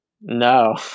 no